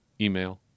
email